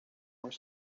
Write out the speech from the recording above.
were